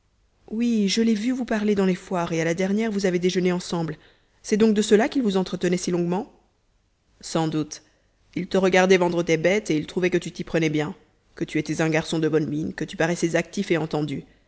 oui je l'ai vu vous parler dans les foires et à la dernière vous avez déjeuné ensemble c'est donc de cela qu'il vous entretenait si longuement sans doute il te regardait vendre tes bêtes et il trouvait que tu t'y prenais bien que tu étais un garçon de bonne mine que tu paraissais actif et entendu